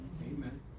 Amen